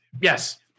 Yes